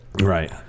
Right